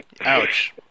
Ouch